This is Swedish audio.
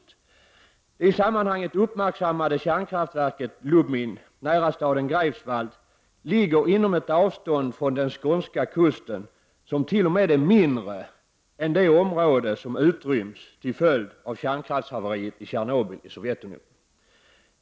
Det i sammanhanget uppmärksammade kärnkraftverket Lubmin, nära staden Greifswald, ligger inom ett avstånd från den skånska kusten som t.o.m. är mindre än det område som utrymts till följd av kärnkraftshaveriet i Tjernobyl i Sovjetunionen.